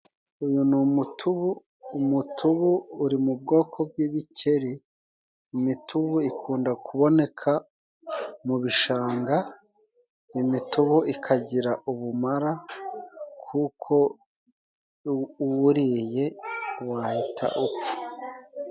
Uyu ni umutubu, umutubu uri mu bwoko bw'ibikeri. Imitubu ikunda kuboneka mu bishanga, imitubu ikagira ubumara kuko uwuriye wahita upfa.